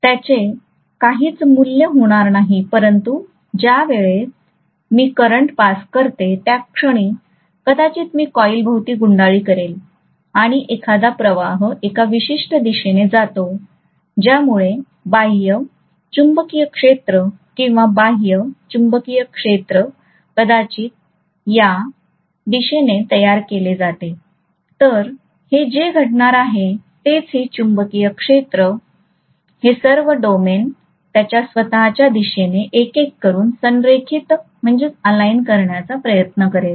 त्याचे काहीच मूल्य होणार नाही परंतु ज्या वेळेस मी करंट पास करतो त्या क्षणी कदाचित मी कॉइल भोवती गुंडाळी करेल आणि एखादा प्रवाह एका विशिष्ट दिशेने जातो ज्यामुळे बाह्य चुंबकीय क्षेत्र किंवा बाह्य चुंबकीय क्षेत्र कदाचित या दिशेने तयार केले जाते तर हे जे घडणार आहे तेच हे चुंबकीय क्षेत्र हे सर्व डोमेन त्याच्या स्वतच्या दिशेने एक एक करून संरेखित करण्याचा प्रयत्न करेल